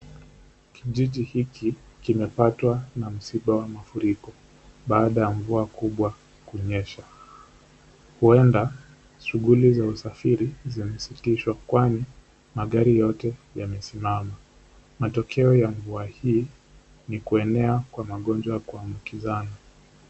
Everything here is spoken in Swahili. Kijiji hiki kimepatwa na msiba wa mafuriko baada ya mvua kubwa kunyesha. Huenda shughuli za usafiri zimesitishwa kwani, magari yote yamesimama. Matokeo ya mvua hii ni kuenea kwa magonjwa ya kuambukizana.